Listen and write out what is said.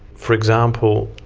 for example,